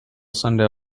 sunday